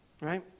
Right